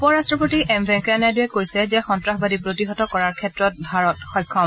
উপ ৰাষ্ট্ৰপতি এম ভেংকায়া নাইডুৱে কৈছে যে সন্ত্ৰাসবাদী প্ৰতিহত কৰাৰ ক্ষেত্ৰত ভাৰত সক্ষম